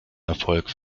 erfolg